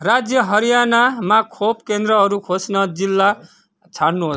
राज्य हरियाणामा खोप केन्द्रहरू खोज्न जिल्ला छान्नुहोस्